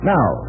Now